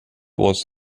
was